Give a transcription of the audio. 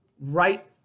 right